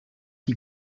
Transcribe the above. die